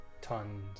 tons